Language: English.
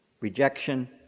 rejection